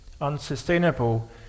unsustainable